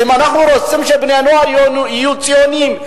ואם אנחנו רוצים שבני-הנוער יהיו ציונים,